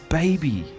baby